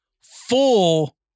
full